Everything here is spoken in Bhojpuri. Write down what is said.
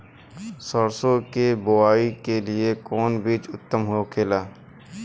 सरसो के बुआई के लिए कवन बिज उत्तम होखेला?